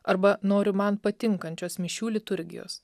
arba noriu man patinkančios mišių liturgijos